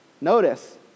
Notice